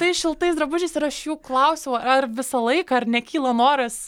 tais šiltais drabužiais ir aš jų klausiau ar visą laiką ar nekyla noras